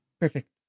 Perfect